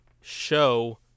Show